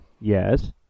Yes